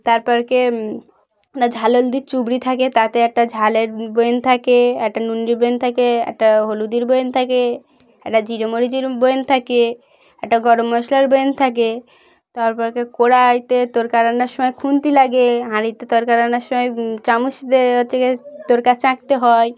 তার পরে একটা ঝাল হলদির চুবড়ি থাকে তাতে একটা ঝালের বোয়ম থাকে একটা নুনের বোয়ম থাকে একটা হলুদের বোয়ম থাকে একটা জিরে মরিচের বোয়ম থাকে একটা গরম মশলার বোয়ম থাকে তার পরে কড়াইতে তড়কা রান্নার সময় খুন্তি লাগে হাঁড়িতে তড়কা রান্নার সময় চামচ দিয়ে হচ্ছে গিয়ে তড়কা চাখতে হয়